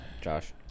Josh